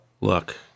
Look